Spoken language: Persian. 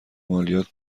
مالیات